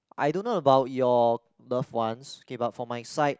I don't know about your love ones okay but for my side